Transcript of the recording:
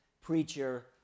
preacher